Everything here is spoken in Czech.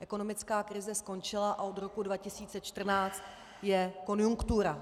Ekonomická krize skončila a od roku 2014 je konjunktura.